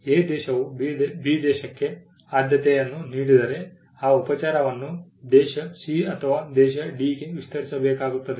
A ದೇಶವು B ದೇಶಕ್ಕೆ ಆದ್ಯತೆಯ ಯನ್ನು ನೀಡಿದರೆ ಆ ಉಪಚಾರವನ್ನು ದೇಶ C ಅಥವಾ ದೇಶದ D ಗೆ ವಿಸ್ತರಿಸಬೇಕಾಗುತ್ತದೆ